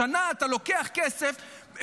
השנה אתה לוקח כסף,